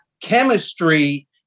chemistry